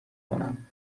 کنم